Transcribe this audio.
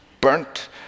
burnt